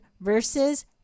versus